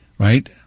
Right